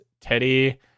Teddy